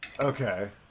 Okay